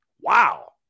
wow